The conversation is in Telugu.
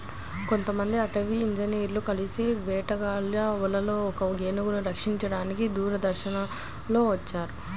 కొంతమంది అటవీ ఇంజినీర్లు కలిసి వేటగాళ్ళ వలలో ఒక ఏనుగును రక్షించారని దూరదర్శన్ లో వచ్చింది